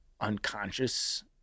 unconscious